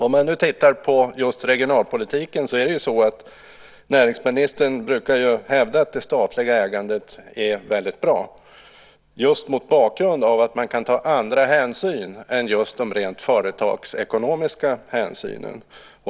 När det gäller just regionalpolitiken brukar näringsministern hävda att det statliga ägandet är väldigt bra, just mot bakgrund av att man kan ta andra hänsyn än de rent företagsekonomiska hänsynen.